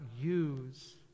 use